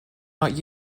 not